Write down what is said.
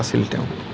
আছিল তেওঁ